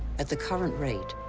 at the current rate,